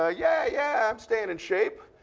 ah yeah, yeah. i'm staying in shape.